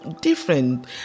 different